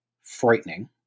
frightening